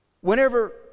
Whenever